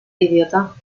idiota